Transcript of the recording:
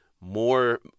more